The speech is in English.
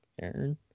Aaron